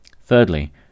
Thirdly